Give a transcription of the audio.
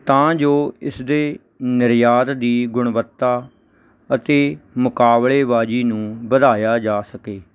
ਤਾਂ ਜੋ ਇਸ ਦੇ ਨਿਰਯਾਤ ਦੀ ਗੁਣਵੱਤਾ ਅਤੇ ਮੁਕਾਬਲੇਬਾਜ਼ੀ ਨੂੰ ਵਧਾਇਆ ਜਾ ਸਕੇ